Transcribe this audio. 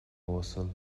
uasal